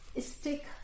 stick